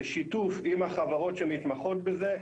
בשיתוף עם החברות שמתמחות בזה,